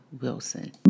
Wilson